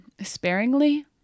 sparingly